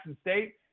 State